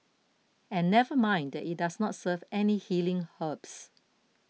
and never mind that it does not serve any healing herbs